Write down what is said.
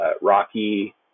Rocky